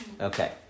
Okay